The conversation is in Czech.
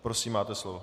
Prosím, máte slovo.